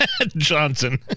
Johnson